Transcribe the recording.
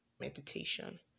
meditation